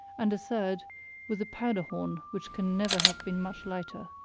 and a third with a powder-horn which can never have been much lighter.